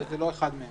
וזה לא אחד מהם.